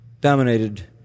dominated